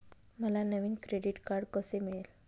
मला नवीन credit card कसे मिळेल?